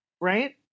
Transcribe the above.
Right